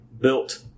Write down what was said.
built